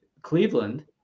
Cleveland